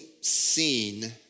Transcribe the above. seen